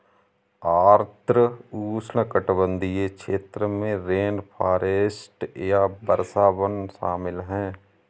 आर्द्र उष्णकटिबंधीय क्षेत्र में रेनफॉरेस्ट या वर्षावन शामिल हैं